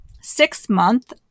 six-month